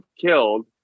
killed